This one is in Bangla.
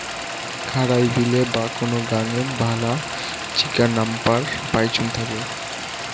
খারাই বিলে বা কোন গাঙে ভালা চিকা নাম্পার পাইচুঙ থাকি